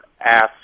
ask